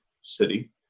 city